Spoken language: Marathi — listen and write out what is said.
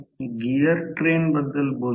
आता आपण गिअर ट्रेन बद्दल बोलूया